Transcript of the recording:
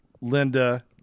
Linda